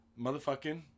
motherfucking